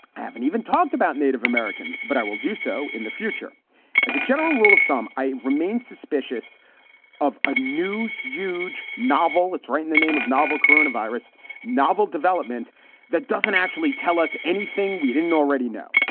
i haven't even talked about native native americans, but i will do so in the future as a general rule of thumb. i remain suspicious of a new, huge novel that's right in the name of novel corona virus novel development that doesn't actually tell us anything we didn't already know.